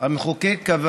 המחוקק קבע